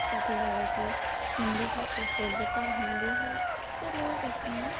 popularity ਹੁੰਦੀ ਹੈ ਪ੍ਰਸਿੱਧਤਾ ਹੁੰਦੀ ਹੈ ਅਤੇ ਲੋਕ ਇਸਨੂੰ